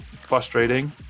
frustrating